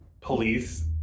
police